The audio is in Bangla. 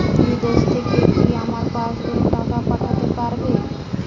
বিদেশ থেকে কি আমার পাশবইয়ে টাকা পাঠাতে পারবে?